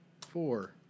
Four